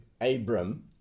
Abram